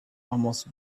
almost